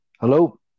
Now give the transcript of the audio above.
hello